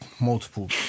multiple